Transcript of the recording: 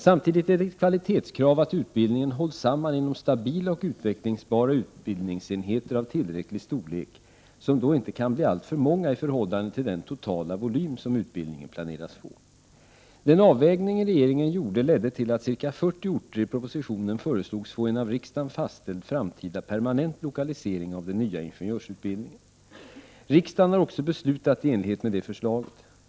Samtidigt är det ett kvalitetskrav att utbildningen hålls samman inom stabila och utvecklingsbara utbildningsenheter av tillräcklig storlek, som då inte kan bli alltför många i förhållande till den totala volym som utbildningen planeras få. Den avvägning regeringen gjorde ledde till att ca 40 orter i propositionen föreslogs få en av riksdagen fastställd framtida permanent lokalisering av den nya ingenjörsutbildningen. Riksdagen har också beslutat i enlighet med detta förslag.